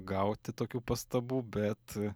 gauti tokių pastabų bet